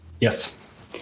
Yes